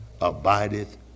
Abideth